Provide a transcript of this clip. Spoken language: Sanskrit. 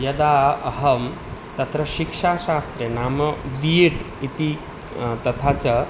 यदा अहं तत्र शिक्षाशास्त्रिं नाम बि एड् इति तथा च